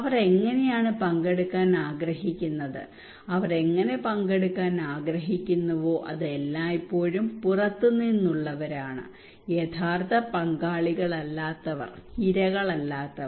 അവർ എങ്ങനെയാണ് പങ്കെടുക്കാൻ ആഗ്രഹിക്കുന്നത് അവർ എങ്ങനെ പങ്കെടുക്കാൻ ആഗ്രഹിക്കുന്നുവോ അത് എല്ലായ്പ്പോഴും പുറത്തുനിന്നുള്ളവരാണ് യഥാർത്ഥ പങ്കാളികളല്ലാത്തവർ ഇരകളല്ലാത്തവർ